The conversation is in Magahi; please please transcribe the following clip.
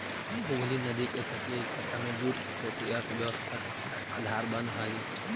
हुगली नदी के तटीय इलाका में जूट के खेती अर्थव्यवस्था के आधार बनऽ हई